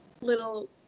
little